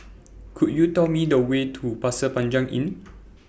Could YOU Tell Me The Way to Pasir Panjang Inn